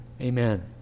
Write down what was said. Amen